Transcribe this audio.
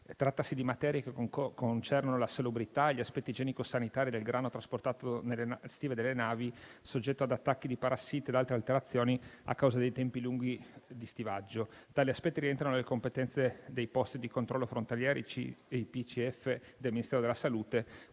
Trattasi di materie che concernono la salubrità e gli aspetti igienico-sanitari del grano trasportato nelle stive delle navi, soggetto ad attacchi di parassiti e altre alterazioni a causa dei tempi lunghi di stivaggio. Tali aspetti rientrano nelle competenze dei Posti di controllo frontalieri (PCF) del Ministero della salute